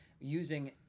using